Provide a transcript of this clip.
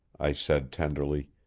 i said tenderly,